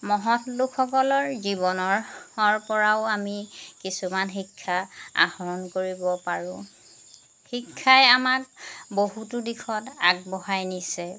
মহৎ লোকসকলৰ জীৱনৰ পৰাও আমি কিছুমান শিক্ষা আহৰণ কৰিব পাৰোঁ শিক্ষাই আমাক বহুতো দিশত আগবঢ়াই নিছে